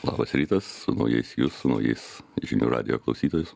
labas rytas su naujais jus su naujais žinių radijo klausytojus